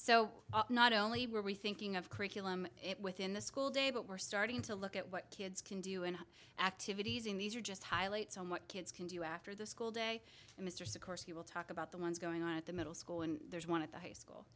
so not only were we thinking of curriculum it within the school day but we're starting to look at what kids can do and activities in these are just highlights on what kids can do after the school day and mr sikorski will talk about the ones going on at the middle school and there's one at the high school